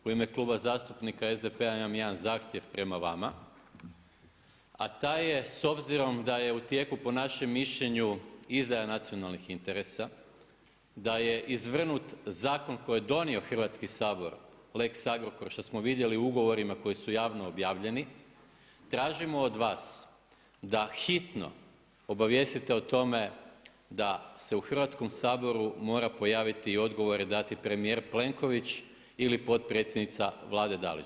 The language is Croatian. U ime Kluba zastupnika SDP-a imam jedan zahtjev prema vama a taj je s obzirom da je u tijeku po našem mišljenju izdaja nacionalnih interes, da je izvrnut zakon koji je donio Hrvatski sabor, lex Agrokor što smo vidjeli u ugovorima koji su javno objavljeni tražimo od vas da hitno obavijestite o tome da se u Hrvatskom saboru mora pojaviti i odgovore dati premijer Plenković ili potpredsjednica Vlade Dalić.